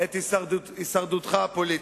את הישרדותך הפוליטית.